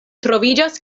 troviĝas